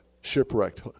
shipwrecked